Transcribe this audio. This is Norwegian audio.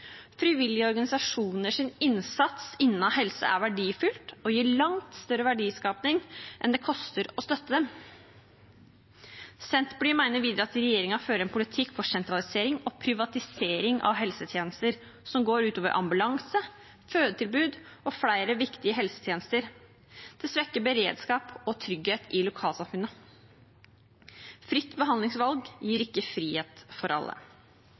Frivillige organisasjoners innsats innen helse er verdifull og gir langt større verdiskaping enn det det koster å støtte dem. Senterpartiet mener videre at regjeringen fører en politikk for sentralisering og privatisering av helsetjenester, som går ut over ambulanse, fødetilbud og flere viktige helsetjenester. Det svekker beredskap og trygghet i lokalsamfunnene. Fritt behandlingsvalg gir ikke frihet for alle.